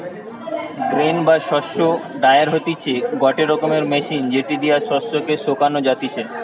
grain বা শস্য dryer হতিছে গটে রকমের মেশিন যেটি দিয়া শস্য কে শোকানো যাতিছে